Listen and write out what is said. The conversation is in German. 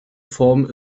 form